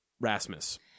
Rasmus